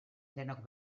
denok